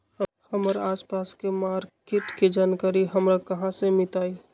हमर आसपास के मार्किट के जानकारी हमरा कहाँ से मिताई?